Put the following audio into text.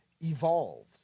evolved